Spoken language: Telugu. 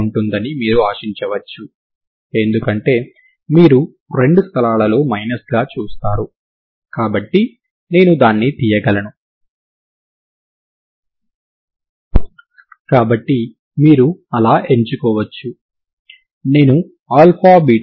కాబట్టి ఇది స్థిరాంకం అయితే ఆ స్థిరాంకం విలువ 0 అవుతుంది కాబట్టి ఈ విధంగా ఇది 0 అని నేను కనుగొన్నాను